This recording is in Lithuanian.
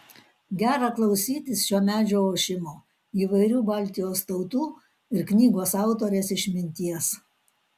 gera klausytis šio medžio ošimo įvairių baltijos tautų ir knygos autorės išminties